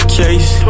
case